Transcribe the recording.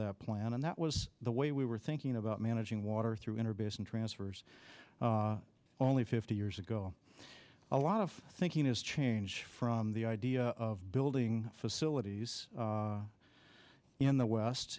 plan and that was the way we were thinking about managing water through inner basin transfers only fifty years ago a lot of thinking has changed from the idea of building facilities in the west